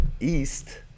East